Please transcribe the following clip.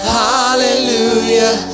hallelujah